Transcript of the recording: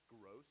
gross